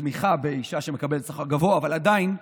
התמיכה באישה שמקבלת שכר גבוה, אבל עדיין,